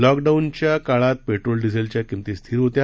लॉकडाऊनच्या काळात पेट्रोल डिझेलच्या किंमती स्थिर होत्या